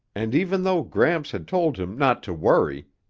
and even though gramps had told him not to worry,